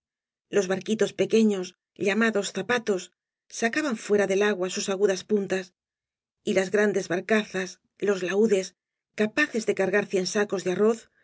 los barquitos pequeflos llamados zapatos sacaban fuera del agua sus agudas puntas y las grandes barcazas los laúdes capaces de cargar cien sacos de arroz